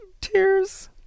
Tears